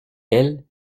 elle